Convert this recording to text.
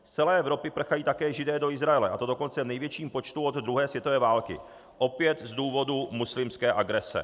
Z celé Evropy prchají také Židé do Izraele, a to dokonce v největším počtu od druhé světové války, opět z důvodu muslimské agrese.